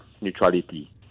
neutrality